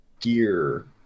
Gear